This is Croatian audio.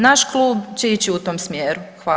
Naš klub će ići u tom smjeru.